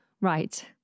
right